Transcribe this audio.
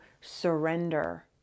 surrender